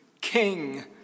King